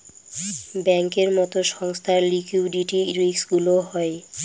ব্যাঙ্কের মতো সংস্থার লিকুইডিটি রিস্কগুলোও হয়